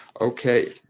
Okay